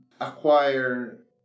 acquire